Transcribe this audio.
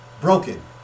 broken